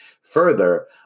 Further